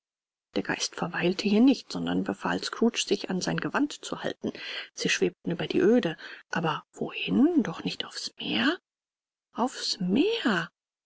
der geist verweilte hier nicht sondern befahl scrooge sich an sein gewand zu halten sie schwebten über die oede aber wohin doch nicht aufs meer aufs meer